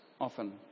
often